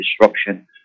disruption